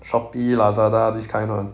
Shopee Lazada this kind [one]